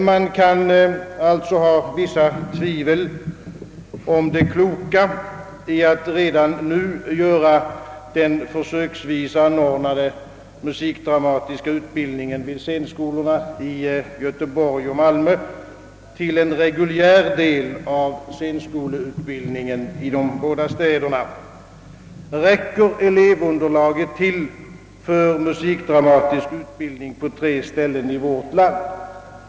Man kan alltså ha vissa tvivel om det kloka i att redan nu göra den försöksvis anordnade musikdramatiska utbildningen vid scenskolorna i Göteborg och Malmö till en reguljär del av scenskoleutbildningen i de båda städerna. Räcker elevunderlaget till för musikdramatisk utbildning på tre ställen i vårt land?